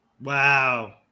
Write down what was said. Wow